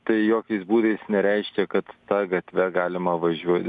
tai jokiais būdais nereiškia kad ta gatve galima važiuo